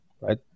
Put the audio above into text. right